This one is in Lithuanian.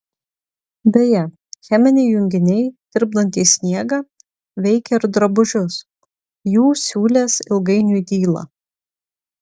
beje cheminiai junginiai tirpdantys sniegą veikia ir drabužius jų siūlės ilgainiui dyla